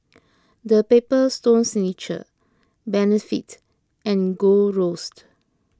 the Paper Stone Signature Benefit and Gold Roast